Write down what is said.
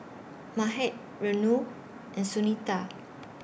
Mahade Renu and Sunita